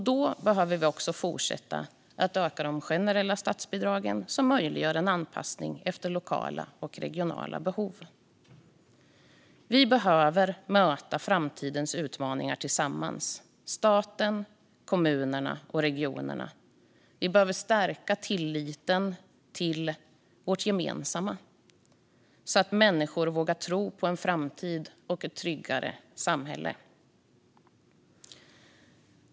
Då behöver vi också fortsätta att öka de generella statsbidragen, som möjliggör en anpassning efter lokala och regionala behov. Vi behöver möta framtidens utmaningar tillsammans - staten, kommunerna och regionerna. Vi behöver stärka tilliten till vårt gemensamma, så att människor vågar tro på en framtid och ett tryggare samhälle.